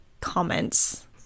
comments